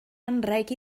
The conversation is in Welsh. anrheg